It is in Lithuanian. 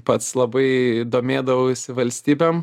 pats labai domėdavausi valstybėm